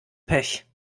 pech